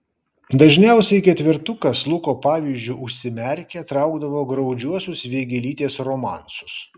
dažniausiai ketvertukas luko pavyzdžiu užsimerkę traukdavo graudžiuosius vėgėlytės romansus